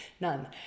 none